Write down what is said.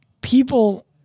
people –